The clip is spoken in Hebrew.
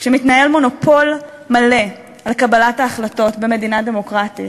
כשמתנהל מונופול מלא על קבלת ההחלטות במדינה דמוקרטית,